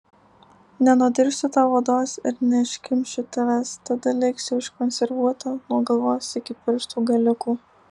nenudirsiu tau odos ir neiškimšiu tavęs tada liksi užkonservuota nuo galvos iki pirštų galiukų